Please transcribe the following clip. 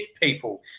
people